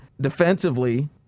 defensively